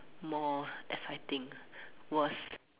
more exciting worse